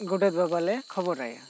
ᱜᱚᱰᱮᱛ ᱵᱟᱵᱟ ᱞᱮ ᱠᱷᱚᱵᱚᱨ ᱟᱭᱟ